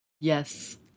Yes